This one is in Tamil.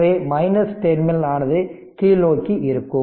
எனவே மைனஸ் டெர்மினல் ஆனது கீழ்நோக்கி இருக்கும்